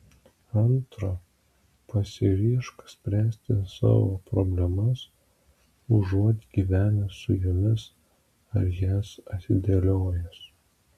antra pasiryžk spręsti savo problemas užuot gyvenęs su jomis ar jas atidėliojęs